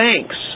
thanks